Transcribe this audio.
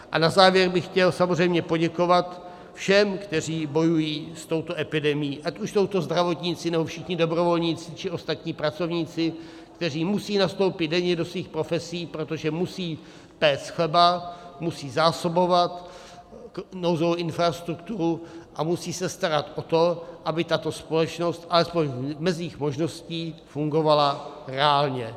A na závěr bych chtěl samozřejmě poděkovat všem, kteří bojují s touto epidemií, ať už jsou to zdravotníci, nebo všichni dobrovolníci, či ostatní pracovníci, kteří musí nastoupit denně do svých profesí, protože musí péct chleba, musí zásobovat nouzovou infrastrukturu a musí se starat o to, aby tato společnost alespoň v mezích možností fungovala reálně.